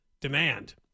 demand